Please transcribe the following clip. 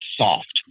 soft